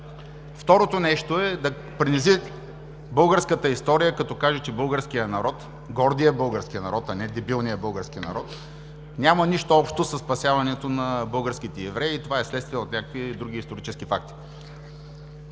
Второто нещо е да принизи българската история, като каже, че българският народ, гордият български народ, а не дебилният български народ няма нищо общо със спасяването на българските евреи и това е следствие от някакви други исторически факти.